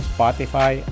Spotify